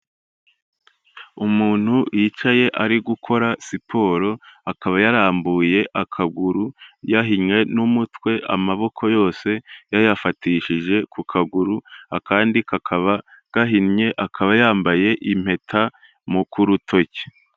Umuntu wicaye ari gukora siporo, akaba yarambuye akaguru yahinnye n'umutwe amaboko yose yayafatishije ku kaguru, akandi kakaba gahinnye akaba yambaye impeta mu ku rutoki.